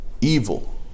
evil